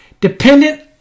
dependent